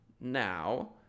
now